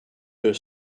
her